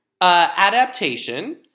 adaptation